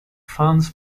funds